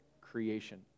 creation